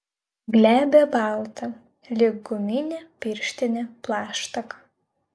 glebią baltą lyg guminė pirštinė plaštaką